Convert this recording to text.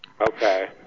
Okay